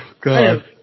God